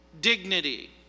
dignity